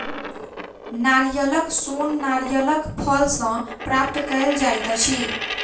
नारियलक सोन नारियलक फल सॅ प्राप्त कयल जाइत अछि